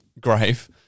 grave